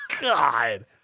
God